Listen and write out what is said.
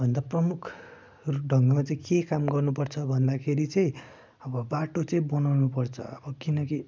भन्दा प्रमुख ढङ्गमा चाहिँ के काम गर्नुपर्छ भन्दाखेरि चाहिँ अब बाटो चाहिँ बनाउनु पर्छ अब किनकि